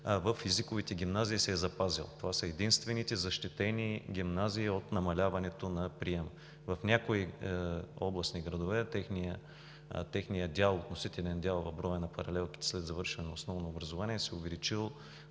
в езиковите гимназии се е запазил. Това са единствените защитени гимназии от намаляването на приема. В някои областни градове техният относителен дял в броя на паралелките след завършване на основно образование се е увеличил